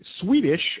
Swedish